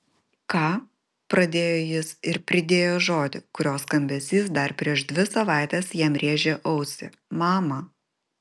ką pradėjo jis ir pridėjo žodį kurio skambesys dar prieš dvi savaites jam rėžė ausį mama